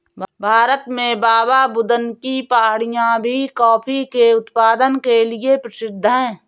भारत में बाबाबुदन की पहाड़ियां भी कॉफी के उत्पादन के लिए प्रसिद्ध है